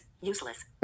useless